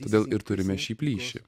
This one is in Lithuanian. todėl ir turime šį plyšį